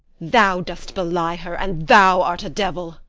thou dost belie her, and thou art a devil.